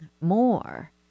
more